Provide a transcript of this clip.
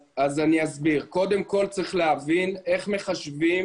קודם כול, צריך להבין איך מחשבים